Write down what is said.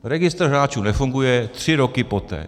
Registr hráčů nefunguje tři roky poté.